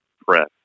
press